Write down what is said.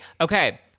Okay